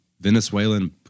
Venezuelan